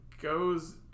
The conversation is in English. goes